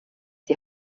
die